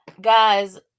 guys